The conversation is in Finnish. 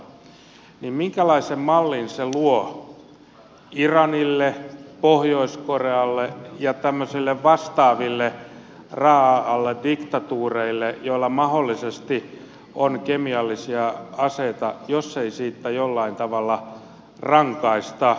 minkälaisen mallin se luo iranille pohjois korealle ja tämmöisille vastaaville raaoille diktatuureille joilla mahdollisesti on kemiallisia aseita jos ei siitä jollain tavalla rangaista